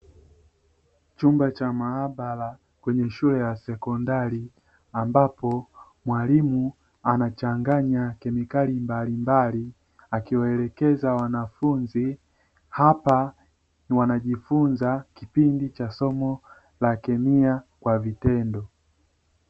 Chumba cha maabara kwenye shule ya sekondari ambapo mwalimu anachanganya kemikali mbalimbali akiwaekeleza wanafunzi, hapa wanajifunza kipindi cha somo la kemia kwa vitendo.